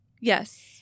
Yes